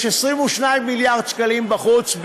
יש 22 מיליארד שקלים בחוץ,